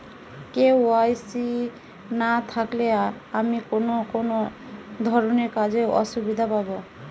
KYC না থাকলে আমি কোন কোন ধরনের কাজে অসুবিধায় পড়ব?